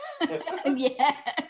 Yes